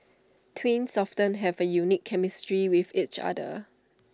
twins often have A unique chemistry with each other